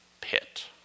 pit